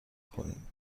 کنیم